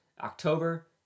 October